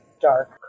dark